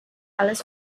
alles